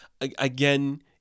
again